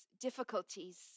difficulties